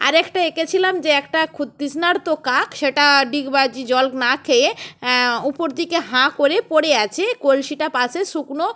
আর একটা এঁকেছিলাম যে একটা খু তৃষ্ণার্ত কাক সেটা ডিগবাজি জল না খেয়ে উপর দিকে হাঁ করে পড়ে আছে কলসিটা পাশে শুকনো